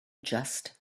just